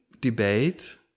debate